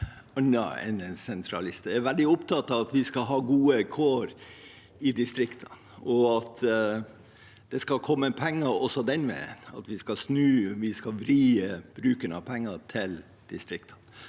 Jeg er veldig opptatt av at vi skal ha gode kår i distriktene, og at det skal komme penger også dit. Vi skal vri bruken av penger til distriktene.